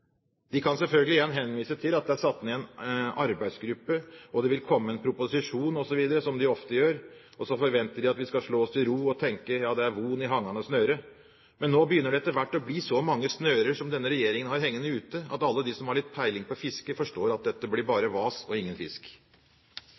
De kan selvfølgelig igjen henvise til at det er satt ned en arbeidsgruppe, at det vil komme en proposisjon, osv., som de ofte gjør; og så forventer de at vi skal slå oss til ro og tenke at «det er von i hangande snøre». Men nå begynner det etter hvert å bli så mange snører som denne regjeringen har hengende ute, at alle som har litt peiling på fiske, forstår at dette blir